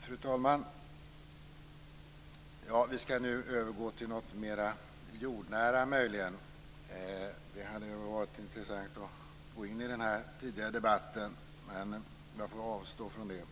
Fru talman! Vi ska nu övergå till något som möjligen är mer jordnära. Det hade varit intressant att gå in i den tidigare debatten men jag får avstå från det.